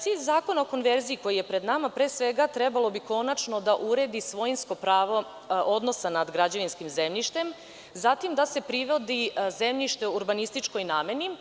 Cilj zakona o konverziji koji je pred nama pre svega trebalo bi konačno da uredi svojinsko pravo odnosa nad građevinskim zemljištem, zatim da se privodi zemljište u urbanističkoj nameni.